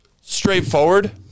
straightforward